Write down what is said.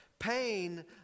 pain